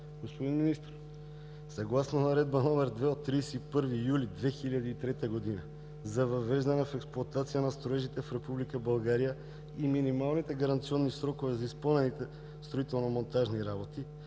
Господин Министър, съгласно Наредба № 2 от 31 юли 2003 г. за въвеждане в експлоатация на строежите в Република България и минималните гаранционни срокове за изпълните строително-монтажни работи,